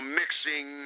mixing